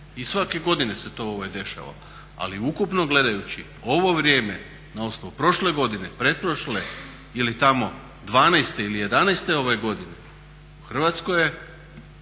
i svake godine se to dešava. Ali ukupno gledajući ovo vrijeme na osnovu prošle godine, pretprošle ili tamo 2012. ili 2011. u Hrvatskoj je